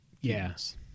yes